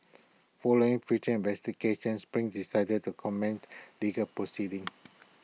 following future investigations spring decided to commence legal proceedings